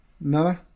No